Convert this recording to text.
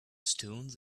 stones